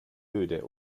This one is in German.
öde